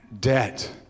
debt